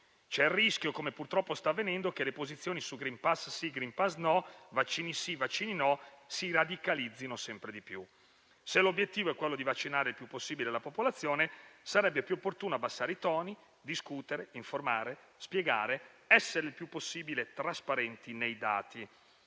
c'è il rischio, come purtroppo sta avvenendo, che le posizioni - su *green pass* sì, *green pass* no, vaccini sì, vaccini no - si radicalizzino sempre di più. Se l'obiettivo è quello di vaccinare il più possibile la popolazione, sarebbe più opportuno abbassare i toni, discutere, informare, spiegare, essere il più possibile trasparenti nei dati